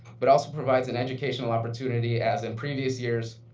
but also provides an educational opportunity as in previous years.